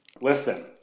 listen